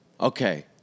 okay